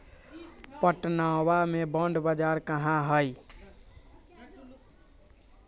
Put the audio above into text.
पटनवा में बॉण्ड बाजार कहाँ हई?